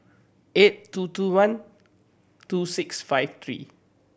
eight two two one two six five three